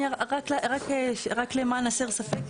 רק למען הסר ספק,